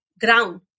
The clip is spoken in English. ground